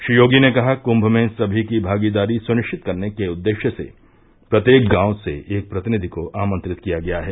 श्री योगी ने कहा कृम में सभी की भागीदारी सुनिश्चित करने के उददेश्य से प्रत्येक गांव से एक प्रतिनिधि को आमंत्रित किया गया है